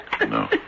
No